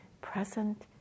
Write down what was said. present